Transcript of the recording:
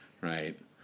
Right